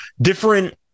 different